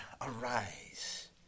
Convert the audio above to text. arise